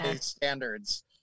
standards